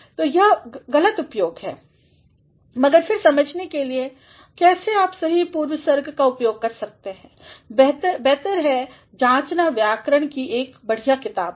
तो यह गलत उपयोग हैं मगर फिर समझने के लिए कैसे आप सही पूर्वसर्ग का उपयोग कर सकते हैं बेहर है जांचना व्याकरण की एक बढ़िया किताब को